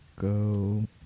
go